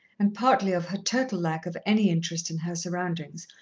and partly of her total lack of any interest in her surroundings,